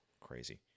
crazy